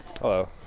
Hello